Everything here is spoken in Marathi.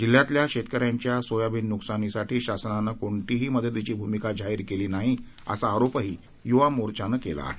जिल्ह्यातल्या शेतकऱ्यांच्या सोयाबीन नुकसानीसाठी शासनानं कोणतीही मदतीची भूमिका जाहीर केली नाही असा आरोपही युवा मोर्चानं केला आहे